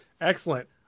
excellent